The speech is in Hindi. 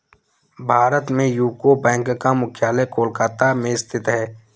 भारत में यूको बैंक का मुख्यालय कोलकाता में स्थित है